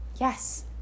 yes